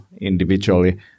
individually